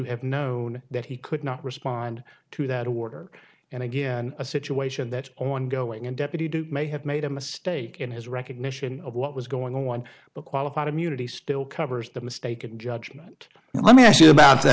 have known that he could not respond to that order and again a situation that ongoing and deputy duke may have made a mistake in his recognition of what was going on but qualified immunity still covers the mistaken judgment let me ask you about